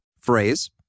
phrase